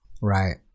Right